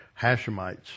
Hashemites